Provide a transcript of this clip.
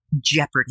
Jeopardy